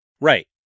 Right